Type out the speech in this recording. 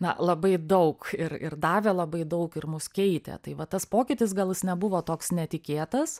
na labai daug ir ir davė labai daug ir mus keitė tai va tas pokytis gal jis nebuvo toks netikėtas